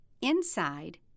inside